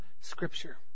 scripture